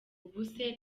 ubuse